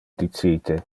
dicite